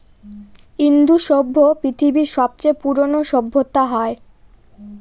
ইন্দু সভ্য পৃথিবীর সবচেয়ে পুরোনো সভ্যতা হয়